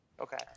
Okay